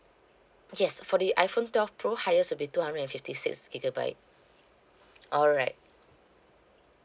yes for the iPhone twelve pro highest will be two hundred fifty six gigabyte alright